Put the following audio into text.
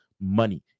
money